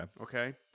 Okay